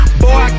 boy